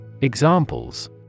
Examples